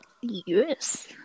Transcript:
Yes